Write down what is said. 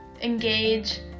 engage